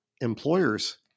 employers